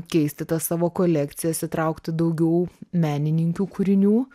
keisti tas savo kolekcijas įtraukti daugiau menininkių kūrinių